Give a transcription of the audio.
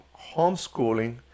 homeschooling